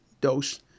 dose